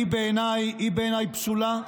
היא בעיניי פסולה.